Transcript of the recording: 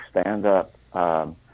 stand-up